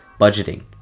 budgeting